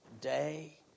Day